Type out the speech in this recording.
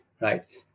Right